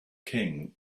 king